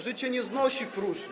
Życie nie znosi próżni.